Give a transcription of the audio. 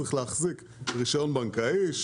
צריך להחזיק רישיון בנקאי,